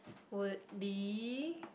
would be